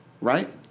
Right